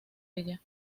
ella